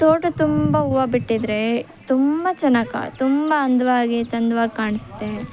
ತೋಟದ ತುಂಬ ಹೂವು ಬಿಟ್ಟಿದ್ರೆ ತುಂಬ ಚೆನ್ನಾಗಿ ಕ ತುಂಬ ಅಂದವಾಗಿ ಚೆಂದವಾಗಿ ಕಾಣ್ಸುತ್ತೆ